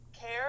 care